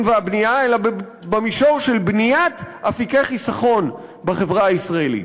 והבנייה אלא במישור של בניית אפיקי חיסכון בחברה הישראלית.